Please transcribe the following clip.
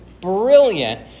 brilliant